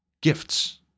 gifts